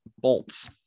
Bolts